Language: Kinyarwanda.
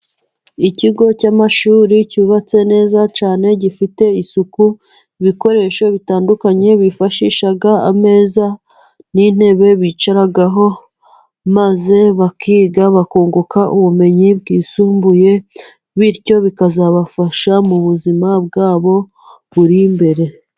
Ikigo cy'amashuri cyubatse neza cyane, gifite isuku. Ibikoresho bitandukanye bifashisha. Ameza n'intebe bicaraho maze bakiga, bakunguka ubumenyi bwisumbuye. Bityo bikazabafasha mu buzima bwabo buri imbere.